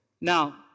Now